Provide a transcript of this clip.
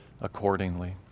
accordingly